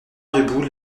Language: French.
debout